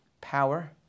power